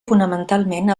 fonamentalment